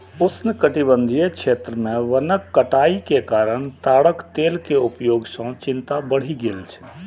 उष्णकटिबंधीय क्षेत्र मे वनक कटाइ के कारण ताड़क तेल के उपयोग सं चिंता बढ़ि गेल छै